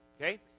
Okay